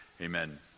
amen